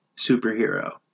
superhero